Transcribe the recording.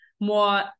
more